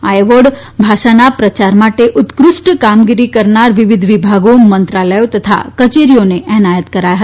આ એવોર્ડ ભાષાના પ્રચાર માટે ઉત્કૃથક કામગીરી કરનાર વિવિધ વિભાગો મંત્રાલયો તથા કચેરીઓને એનાયત કરાયા હતા